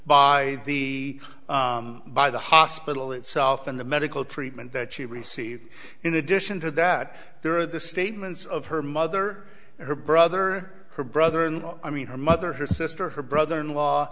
by the by the hospital itself and the medical treatment that she received in addition to that there are the statements of her mother her brother her brother in law i mean her mother her sister her brother in law